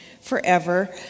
forever